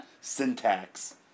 syntax